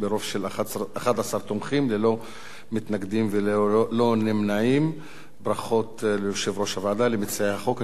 הצעת החוק לתיקון פקודת מסי העירייה ומסי הממשלה (פטורין) (מס' 22),